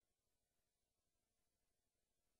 תודה רבה.